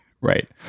Right